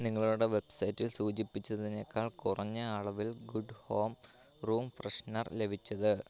നിങ്ങളുടെ വെബ്സൈറ്റിൽ സൂചിപ്പിച്ചതിനേക്കാൾ കുറഞ്ഞ അളവിൽ ഗുഡ് ഹോം റൂം ഫ്രെഷ്നർ ലഭിച്ചത്